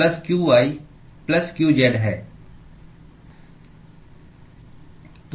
plus qy plus qz है